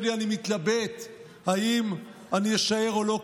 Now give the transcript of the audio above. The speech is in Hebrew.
לי: אני מתלבט אם אני אשאר או לא,